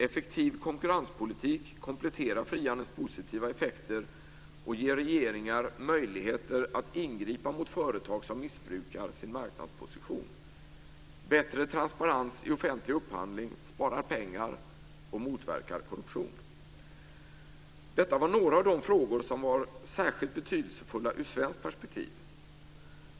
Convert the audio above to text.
Effektiv konkurrenspolitik kompletterar frihandelns positiva effekter och ger regeringar möjligheter att ingripa mot företag som missbrukar sin marknadsposition. Bättre transparens i offentlig upphandling sparar pengar och motverkar korruption. Detta var några av de frågor som var särskilt betydelsefulla ur svenskt perspektiv.